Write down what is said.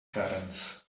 ferns